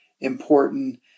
important